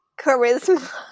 charisma